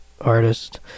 artist